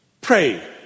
Pray